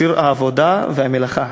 שיר העבודה והמלאכה: